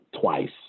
twice